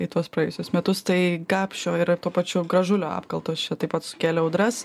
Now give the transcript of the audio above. į tuos praėjusius metus tai gapšio yra tų pačių gražulio apkaltos čia taip pat sukėlė audras